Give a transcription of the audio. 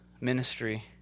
ministry